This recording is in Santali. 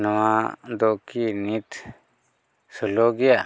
ᱱᱚᱣᱟ ᱫᱚ ᱠᱤ ᱱᱤᱛ ᱥᱳᱞᱳ ᱜᱮᱭᱟ